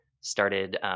started